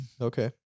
Okay